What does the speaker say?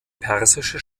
persische